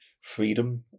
freedom